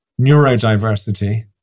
neurodiversity